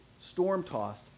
storm-tossed